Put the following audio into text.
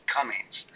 Cummings